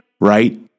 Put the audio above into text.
Right